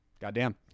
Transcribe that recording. Goddamn